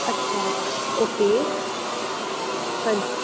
ਅੱਛਾ ਓਕੇ ਹਾਂਜੀ